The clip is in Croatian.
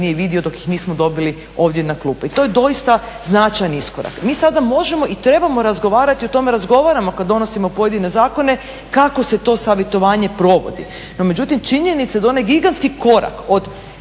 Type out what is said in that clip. nije vidio dok ih nismo dobili ovdje na klupe. I to je doista značajan iskorak. Mi sada možemo i trebamo razgovarati o tome, razgovaramo kad donosimo pojedine zakone, kako se to savjetovanje provodi. No međutim, činjenica da onaj gigantski korak od